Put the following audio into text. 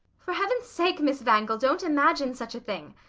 for heaven's sake, miss wangel, don't imagine such a thing!